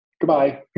goodbye